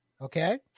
okay